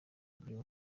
kuri